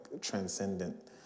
transcendent